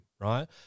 right